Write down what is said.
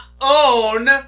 own